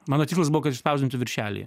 mano tikslas buvo kad išspausdintų viršelyje